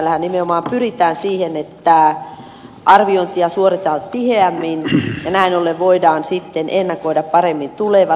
tällähän nimenomaan pyritään siihen että arviointia suoritetaan tiheämmin ja näin ollen voidaan sitten ennakoida paremmin tulevat